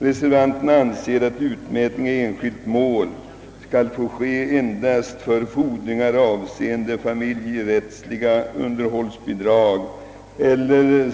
Reservanterna anser att utmätning i enskilt mål skall få ske endast för fordringar avseende familje rättsliga underhållsbidrag.